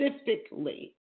specifically